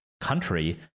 country